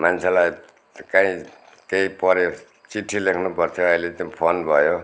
मान्छेलाई कहीँ केही पऱ्यो चिठ्ठी लेख्नु पर्थ्यो अहिले त्यो फोन भयो